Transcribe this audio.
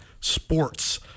sports